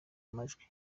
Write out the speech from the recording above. amajwi